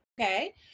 Okay